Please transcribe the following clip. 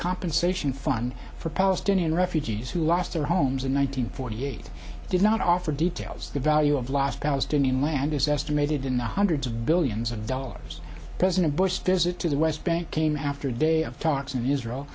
compensation fund for palestinian refugees who lost their homes in one nine hundred forty eight did not offer details the value of lost palestinian land is estimated in the hundreds of billions of dollars president bush visit to the west bank came after a day of talks in israel